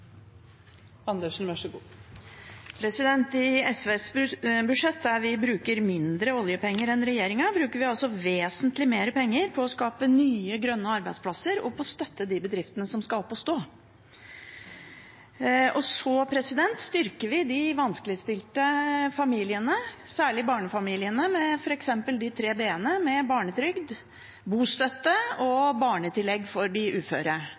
I SVs budsjett, der vi bruker mindre oljepenger enn regjeringen, bruker vi vesentlig mer penger på å skape nye grønne arbeidsplasser og på å støtte de bedriftene som skal opp å stå. Vi styrker de vanskeligstilte familiene, særlig barnefamiliene, med f.eks. de tre B-ene – barnetrygd, bostøtte og barnetillegg for de uføre.